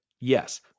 Yes